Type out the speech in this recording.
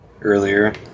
earlier